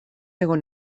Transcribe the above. egon